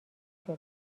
شده